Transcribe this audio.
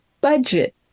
budget